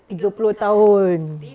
tiga puluh tahun